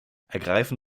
ergreifen